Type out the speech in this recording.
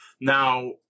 Now